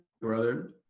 brother